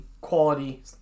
quality